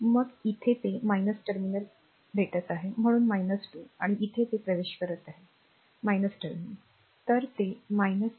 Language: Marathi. मग इथे ते टर्मिनल भेटत आहे म्हणून 2 आणि इथे ते प्रवेश करत आहे r टर्मिनल